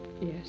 Yes